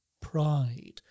pride